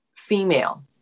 female